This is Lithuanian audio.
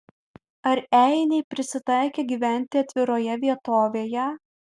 ar einiai prisitaikę gyventi atviroje vietovėje